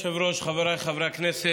חברות.